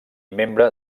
membre